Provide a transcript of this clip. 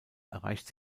erreicht